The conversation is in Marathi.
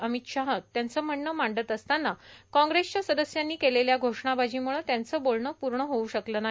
अमित शाह त्यांचं म्हणणं मांडत असताना काँग्रेसच्या सदस्यांनी केलेल्या घोषणाबाजीम्रळं त्यांचं बोलणं पूर्ण होऊ शकलं नाही